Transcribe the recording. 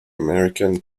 american